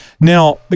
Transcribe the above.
now